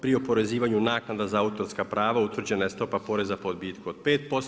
Pri oporezivanju naknada za autorska prava utvrđena je stopa poreza po odbitku od 5%